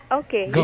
okay